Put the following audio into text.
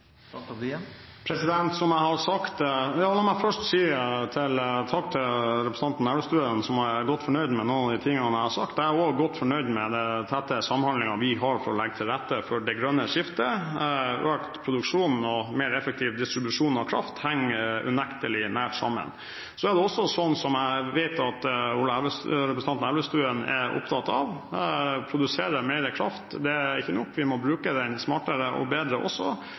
de tingene jeg har sagt. Jeg er også godt fornøyd med den tette samhandlingen vi har for å legge til rette for det grønne skiftet. Økt produksjon og mer effektiv distribusjon av kraft henger unektelig nært sammen. Så er det også sånn, som jeg vet at representanten Elvestuen er opptatt av, at å produsere mer kraft er ikke nok. Vi må bruke den smartere og bedre også,